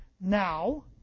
Now